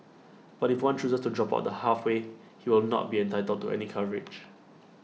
but if one chooses to drop out the halfway he will not be entitled to any coverage